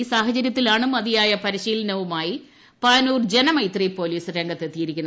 ഈ സാഹചര്യത്തിലാണ് മതിയായ പരിശീലനവുമായി പാനൂർ ജനമൈത്രി പോലീസ് രംഗത്തെത്തിയത്